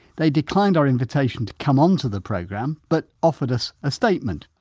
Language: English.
they declined our invitation to come on to the programme but offered us a statement.